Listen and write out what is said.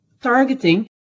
targeting